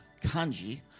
kanji